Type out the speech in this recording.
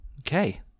Okay